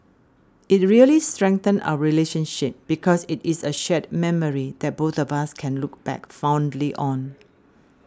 it really strengthened our relationship because it is a shared memory that both of us can look back fondly on